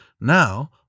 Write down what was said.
Now